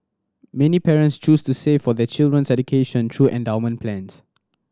many parents choose to save for their children's education through endowment plans